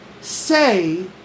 Say